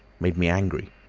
made me angry.